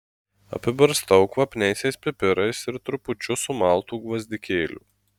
apibarstau kvapniaisiais pipirais ir trupučiu sumaltų gvazdikėlių